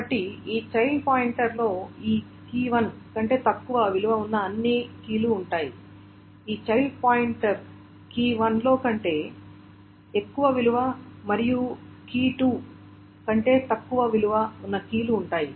కాబట్టి ఈ చైల్డ్ పాయింటర్లో ఈ key1 కంటే తక్కువ విలువ ఉన్న అన్ని కీలు ఉంటాయి ఈ చైల్డ్ పాయింటర్లో key1 కంటే ఎక్కువ విలువ మరియు key2 కంటే తక్కువ విలువ ఉన్న కీలు ఉంటాయి